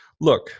look